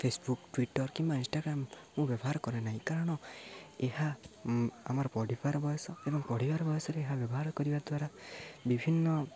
Facebook Twitter କିମ୍ବା Instagram ମୁଁ ବ୍ୟବହାର କରେ ନାହିଁ କାରଣ ଏହା ଆମର ପଢ଼ିବାର ବୟସ ଏବଂ ପଢ଼ିବାର ବୟସରେ ଏହା ବ୍ୟବହାର କରିବା ଦ୍ୱାରା ବିଭିନ୍ନ